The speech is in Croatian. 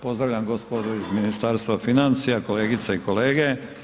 Pozdravljam gospodu iz Ministarstva financija, kolegice i kolege.